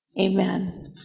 Amen